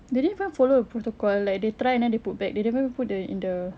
didn't even follow the protocol like they try and then they put back they didn't even put the in the